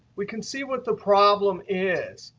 we can see what the problem is.